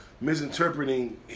misinterpreting